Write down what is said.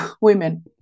women